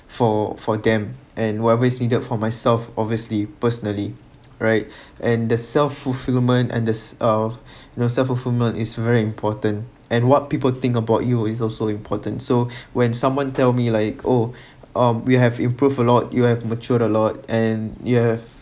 for for them and whatever is needed for myself obviously personally right and the self fulfilment and the uh you know self fulfilment is very important and what people think about you is also important so when someone tell me like oh uh we have improved a lot you have matured a lot and you have